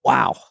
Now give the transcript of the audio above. Wow